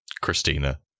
Christina